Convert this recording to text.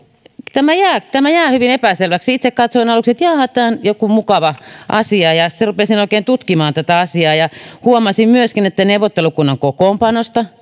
tämä jää tämä jää hyvin epäselväksi itse katsoin aluksi että jaaha tämä on joku mukava asia ja sitten rupesin oikein tutkimaan tätä asiaa ja huomasin myöskin että neuvottelukunnan kokoonpanosta